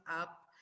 up